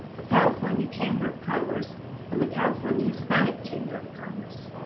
the california chamber of commerce and the california hispanic chamber of commerce.